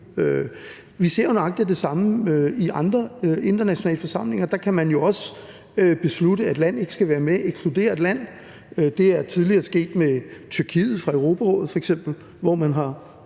Vi ser nøjagtig det samme i andre internationale forsamlinger. Der kan man jo også beslutte, at et land ikke skal være med, ekskludere et land. Det er tidligere sket med f.eks. Tyrkiet fra Europarådet, hvor man har